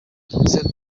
senderi